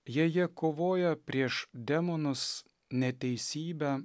jei jie kovoja prieš demonus neteisybę